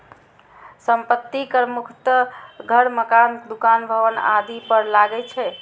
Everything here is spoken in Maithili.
संपत्ति कर मुख्यतः घर, मकान, दुकान, भवन आदि पर लागै छै